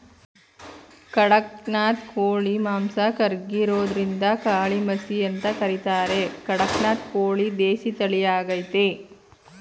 ಖಡಕ್ನಾಥ್ ಕೋಳಿ ಮಾಂಸ ಕರ್ರಗಿರೋದ್ರಿಂದಕಾಳಿಮಸಿ ಅಂತ ಕರೀತಾರೆ ಕಡಕ್ನಾಥ್ ಕೋಳಿ ದೇಸಿ ತಳಿಯಾಗಯ್ತೆ